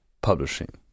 publishing